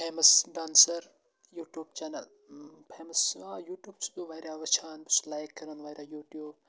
famous dancer YouTube channel famous آ YouTube چھُس بہٕ واریاہ وٕچھان بہٕ چھُس لایِک کَران واریاہ یوٗٹیوٗب